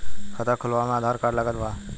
खाता खुलावे म आधार कार्ड लागत बा का?